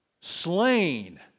slain